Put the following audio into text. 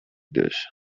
dish